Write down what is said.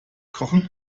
kochen